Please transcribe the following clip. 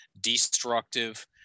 destructive